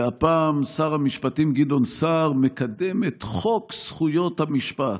והפעם שר המשפטים גדעון סער מקדם את חוק זכויות במשפט.